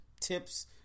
tips